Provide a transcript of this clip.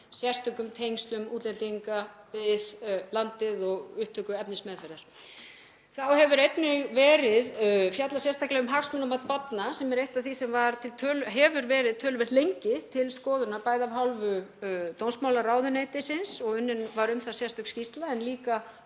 sérstökum tengslum útlendinga við landið og upptöku efnismeðferðar. Þá hefur einnig verið fjallað sérstaklega um hagsmunamat barna sem er eitt af því sem hefur verið töluvert lengi til skoðunar af hálfu dómsmálaráðuneytisins og unnin var um það sérstök skýrsla en líka